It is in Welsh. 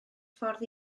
ffordd